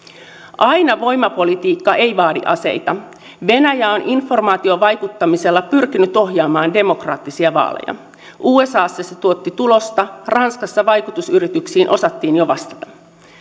aina voimapolitiikka ei vaadi aseita venäjä on informaatiovaikuttamisella pyrkinyt ohjaamaan demokraattisia vaaleja usassa se tuotti tulosta ranskassa vaikutusyrityksiin osattiin jo vastata